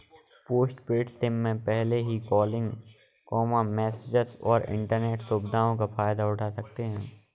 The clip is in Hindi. पोस्टपेड सिम में पहले ही कॉलिंग, मैसेजस और इन्टरनेट सुविधाओं का फायदा उठा सकते हैं